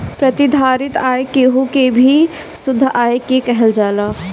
प्रतिधारित आय केहू के भी शुद्ध आय के कहल जाला